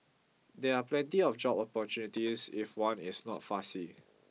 there are plenty of job opportunities if one is not fussy